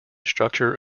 structure